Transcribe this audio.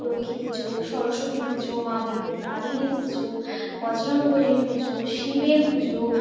লক্ষ্মী পুজো সরস্বতী পুজো মা বিপত্তারিনীর পুজো বজরংবলীর পুজো শিবের পুজো